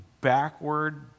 backward